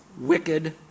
wicked